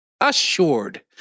Assured